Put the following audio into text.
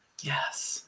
Yes